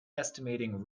estimating